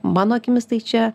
mano akimis tai čia